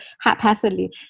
haphazardly